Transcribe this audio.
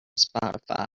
spotify